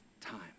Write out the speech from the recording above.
time